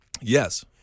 Yes